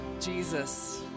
Jesus